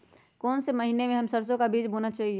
कौन से महीने में हम सरसो का बीज बोना चाहिए?